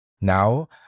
Now